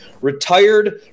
retired